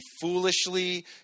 foolishly